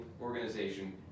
organization